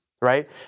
right